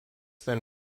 then